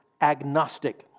agnostic